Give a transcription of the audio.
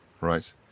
Right